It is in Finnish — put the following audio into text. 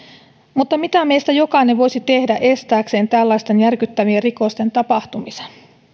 mutta mitä meistä jokainen voisi tehdä estääkseen tällaisten järkyttävien rikosten tapahtumisen